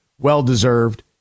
Well-deserved